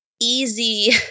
easy